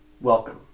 Welcome